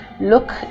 Look